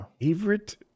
Favorite